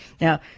Now